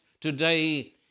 today